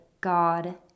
God